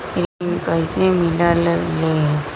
ऋण कईसे मिलल ले?